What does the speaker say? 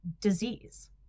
disease